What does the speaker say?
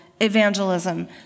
evangelism